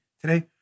Today